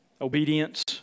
obedience